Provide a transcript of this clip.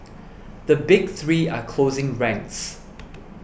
the big three are closing ranks